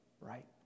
right